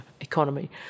economy